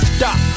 Stop